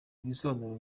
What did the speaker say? ibisobanuro